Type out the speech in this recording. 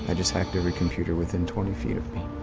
ah just hacked every computer within twenty feet of me.